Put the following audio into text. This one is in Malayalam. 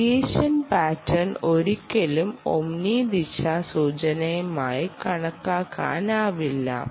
റേഡിയേഷൻ പാറ്റേൺ ഒരിക്കലും ഓമ്നി ദിശാസൂചനയായി കണക്കാക്കാനാവില്ല